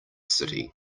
city